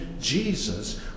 Jesus